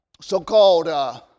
so-called